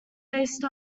based